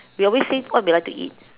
we always say what we like to eat